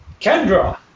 Kendra